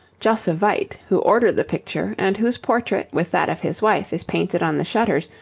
josse vyt, who ordered the picture, and whose portrait, with that of his wife, is painted on the shutters,